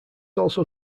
also